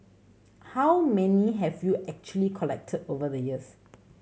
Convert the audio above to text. how many have you actually collected over the years